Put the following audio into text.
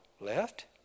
left